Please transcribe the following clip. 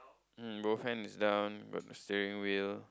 um both hand is down got the steering wheel